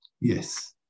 Yes